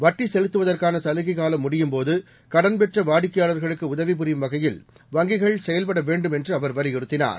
வட்டிசெலுத்துவதற்கானசலுகைகாலம்முடியும்போது கடன்பெற்றவாடிக்கையாளர்களுக்குஉதவிபுரியும்வகை யில்வங்கிகள்செயல்படவேண்டும்என்றுஅவர்வலியுறுத் தினார்